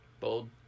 bold